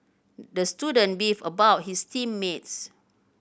the student beefed about his team mates